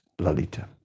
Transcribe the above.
Lalita